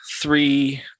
three